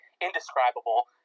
indescribable